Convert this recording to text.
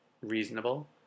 reasonable